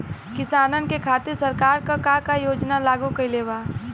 किसानन के खातिर सरकार का का योजना लागू कईले बा?